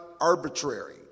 arbitrary